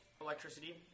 electricity